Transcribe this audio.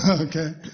okay